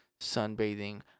sunbathing